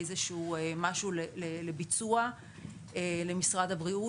איזשהו משהו לביצוע למשרד הבריאות.